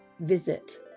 visit